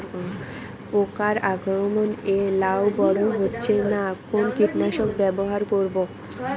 পোকার আক্রমণ এ লাউ বড় হচ্ছে না কোন কীটনাশক ব্যবহার করব?